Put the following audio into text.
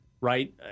right